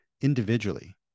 individually